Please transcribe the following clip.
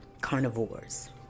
carnivores